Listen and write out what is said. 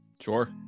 Sure